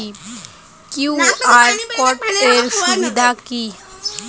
QR code এর সুবিধা কি?